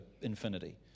infinity